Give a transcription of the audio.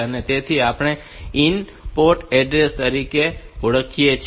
તેથી આપણે તેને IN પોર્ટ એડ્રેસ તરીકે ઓળખીએ છીએ